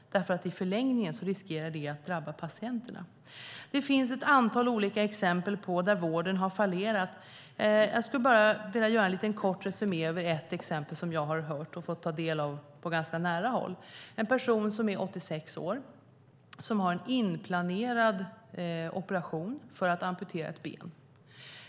I förlängningen riskerar det att drabba patienterna. Det finns ett antal exempel där vården har fallerat. Jag ska bara göra en liten resumé av ett fall som jag har hört och fått ta del av på ganska nära håll. Det handlar om en person som är 86 år och som har en inplanerad operation för att amputera ett ben.